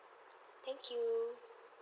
thank you